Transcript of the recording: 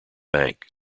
bank